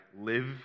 live